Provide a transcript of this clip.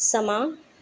ਸਮਾਂ